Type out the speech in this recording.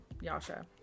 Yasha